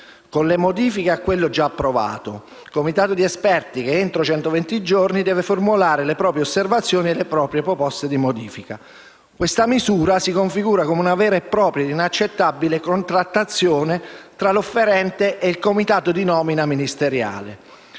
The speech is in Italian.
con le modifiche a quello già approvato. Il comitato di esperti entro centoventi giorni deve formulare le proprie osservazioni e le proposte di modifica. Questa misura si configura come una vera e propria inaccettabile contrattazione tra l'offerente e il comitato di nomina ministeriale.